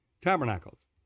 tabernacles